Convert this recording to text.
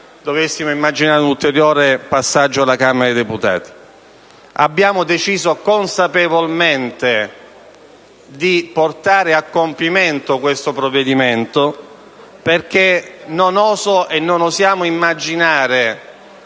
dovessimo immaginare un ulteriore passaggio alla Camera dei deputati. Abbiamo deciso consapevolmente di portare a compimento l'*iter* di questo decreto perché non osiamo immaginare